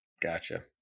Gotcha